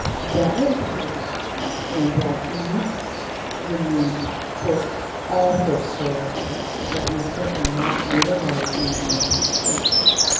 that really considers all those needs and that meets the needs for all folks who are affected. that we are certainly not minimizing the impact of this.